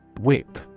Whip